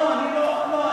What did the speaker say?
אל תהיה בטוח.